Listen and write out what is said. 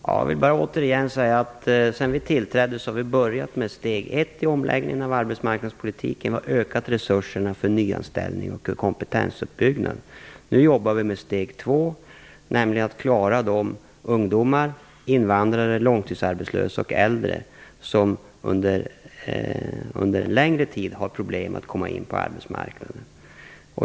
Fru talman! Jag vill återigen säga att sedan vi tillträdde har vi börjat med steg 1 i omläggningen av arbetsmarknadspolitiken. Vi har ökat resurserna för nyanställning och kompetensuppbyggnad. Nu jobbar vi med steg 2, nämligen att klara de ungdomar, invandrare, långtidsarbetslösa och äldre som under en längre tid har haft problem med att komma in på arbetsmarknaden.